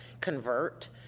convert